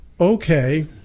Okay